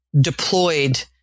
deployed